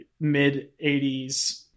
mid-80s